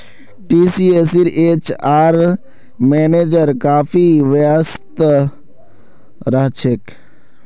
टीसीएसेर HR manager काफी व्यस्त रह छेक